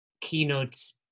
keynotes